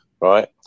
right